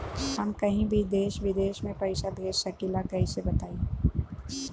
हम कहीं भी देश विदेश में पैसा भेज सकीला कईसे बताई?